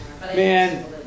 man